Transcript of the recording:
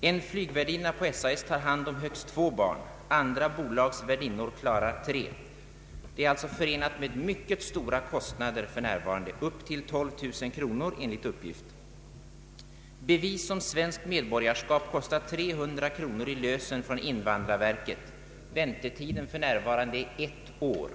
En flygvärdinna på SAS tar hand om högst två barn, andra bolags värdinnor klarar tre. Det är alltså förenat med mycket stora kostnader för närvarande, enligt uppgift ända upp till 12 000 kronor. Bevis om svenskt medborgarskap kostar 300 kronor i lösen från invandrarverket. Väntetiden är för närvarande ett år.